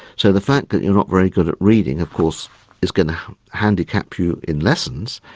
so the fact that you're not very good at reading of course is going to handicap you in lessons,